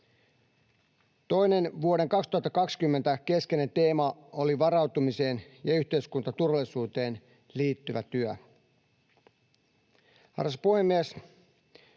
Toinen vuoden 2020 keskeinen teema oli varautumiseen ja yhteiskuntaturvallisuuteen liittyvä työ.